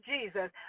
Jesus